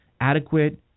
adequate